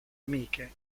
amiche